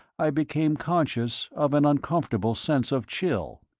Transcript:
i became conscious of an uncomfortable sense of chill.